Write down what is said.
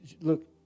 Look